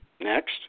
Next